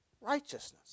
Righteousness